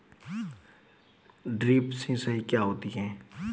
Drip सिंचाई क्या होती हैं?